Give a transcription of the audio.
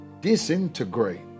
disintegrate